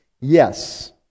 Yes